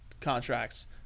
contracts